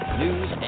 news